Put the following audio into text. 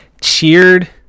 cheered